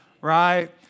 Right